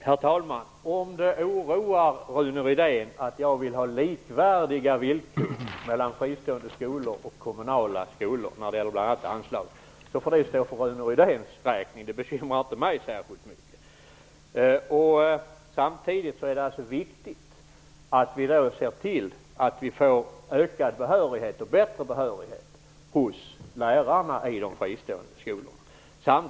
Herr talman! Om det oroar Rune Rydén att jag vill att fristående skolor och kommunala skolor skall ha likvärdiga villkor när det gäller bl.a. anslag får det står för Rune Rydéns räkning. Det bekymrar inte mig särskilt mycket. Det är viktigt att vi ser till att det blir en förbättring vad gäller behörigheten hos lärarna i de fristående skolorna.